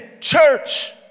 church